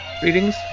Greetings